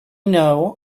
know